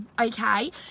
okay